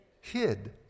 hid